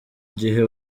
gihe